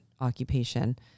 occupation